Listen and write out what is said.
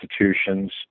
institutions